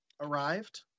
arrived